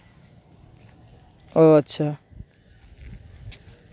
ᱚ ᱟᱪᱪᱷᱟ